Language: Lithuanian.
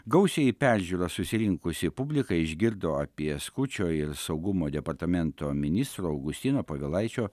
gausiai į peržiūrą susirinkusi publika išgirdo apie skučo ir saugumo departamento ministro augustino povilaičio